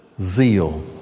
zeal